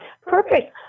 perfect